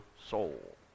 soul